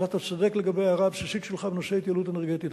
אבל אתה צודק לגבי ההערה הבסיסית שלך בנושא התייעלות אנרגטית.